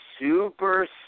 super